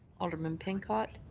alderman pincott.